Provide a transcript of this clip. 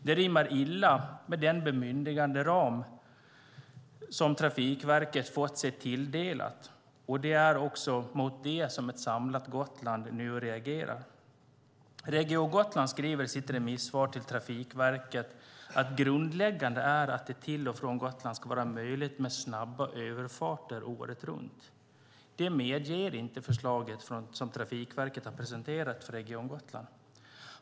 Det rimmar illa med den bemyndiganderam som Trafikverket fått sig tilldelad. Det är också mot det som ett samlat Gotland nu reagerar. Region Gotland skriver i sitt remissvar till Trafikverket att grundläggande är att det ska vara möjligt med snabba överfarter till och från Gotland året runt. Det medger inte det förslag som Trafikverket har presenterat för Region Gotland.